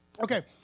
Okay